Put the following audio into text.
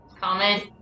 comment